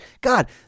God